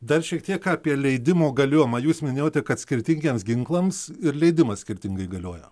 dar šiek tiek apie leidimo galiojimą jūs minėjote kad skirtingiems ginklams ir leidimas skirtingai galiojo